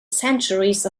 centuries